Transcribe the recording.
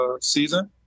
season